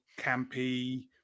campy